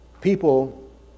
People